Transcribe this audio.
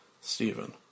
Stephen